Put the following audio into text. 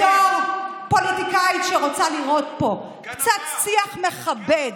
בתור פוליטיקאית שרוצה לראות פה קצת שיח מכבד